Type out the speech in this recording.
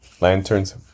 lanterns